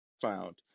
found